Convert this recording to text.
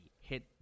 hit